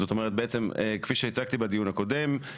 זאת אומרת בעצם כפי שהצגתי בדיון הקודם,